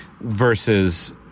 Versus